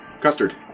custard